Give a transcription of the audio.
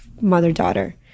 mother-daughter